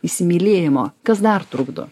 įsimylėjimo kas dar trukdo